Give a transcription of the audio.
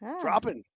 Dropping